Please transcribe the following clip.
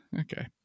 Okay